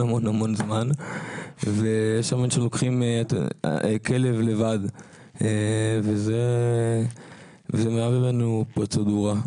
המון המון זמן ויש כאלה שלוקחים כלב לבד וזה מהווה לנו פרוצדורה.